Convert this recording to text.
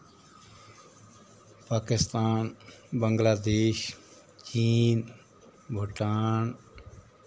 पाकिस्तान बांग्लादेश चीन भूटान